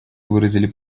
выразили